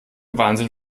wahnsinn